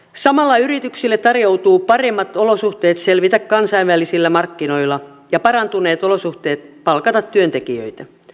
samalla yrityksille tarjoutuu paremmat olosuhteet selvitä kansainvälisillä markkinoilla ja parantuneet olosuhteet palkata työntekijöitä